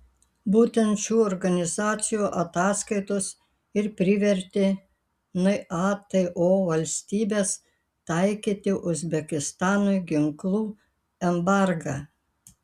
būtent šių organizacijų ataskaitos ir privertė nato valstybes taikyti uzbekistanui ginklų embargą